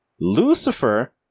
lucifer